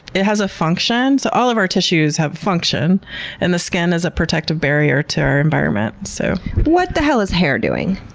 it has a function. so all of our tissues have a function and the skin is a protective barrier to our environment. so what the hell is hair doing?